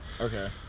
Okay